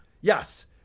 yes